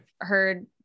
heard